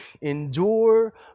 Endure